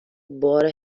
بار